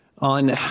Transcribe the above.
On